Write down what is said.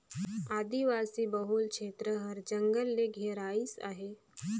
आदिवासी बहुल छेत्र हर जंगल ले घेराइस अहे